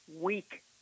weak